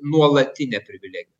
nuolatine privilegi